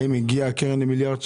האם הגיעה הקרן למיליארד ש"ח?